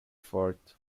fort